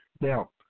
Now